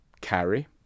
carry